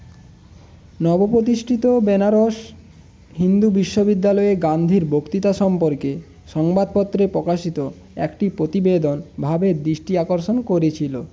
নব প্রতিষ্ঠিত বেনারস হিন্দু বিশ্ববিদ্যালয়ে গান্ধীর বক্তিতা সম্পর্কে সংবাদপত্রে পকাশিত একটি প্রতিবেদন ভাবের দৃষ্টি আকর্ষণ করেছিলো